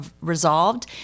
resolved